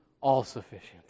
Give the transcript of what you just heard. all-sufficient